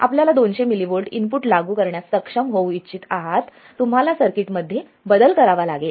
आपल्याला 200 millivolt input लागू करण्यास सक्षम होऊ इच्छित आहात तुम्हाला सर्किट मध्ये बदल करावा लागेल